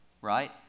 right